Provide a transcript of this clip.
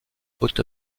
haute